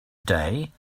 day